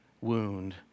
wound